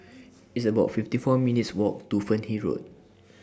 It's about fifty four minutes' Walk to Fernhill Road